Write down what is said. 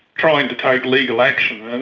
trying to take legal action. and